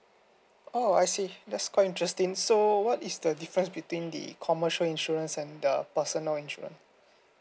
oh I see that's quite interesting so what is the difference between the commercial insurance and the personal insurance